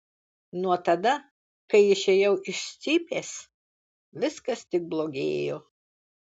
nuo tada kai išėjau iš cypės viskas tik blogėjo